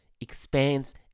expands